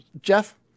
Jeff